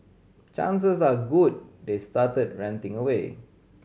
chances are good they started ranting away